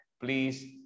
Please